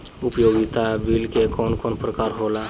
उपयोगिता बिल के कवन कवन प्रकार होला?